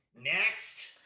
Next